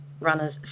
runners